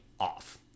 off